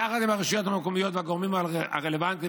יחד עם הרשויות המקומיות והגורמים הרלוונטיים,